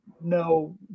no